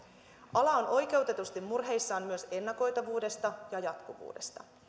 ala on oikeutetusti murheissaan myös ennakoitavuudesta ja jatkuvuudesta